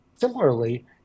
Similarly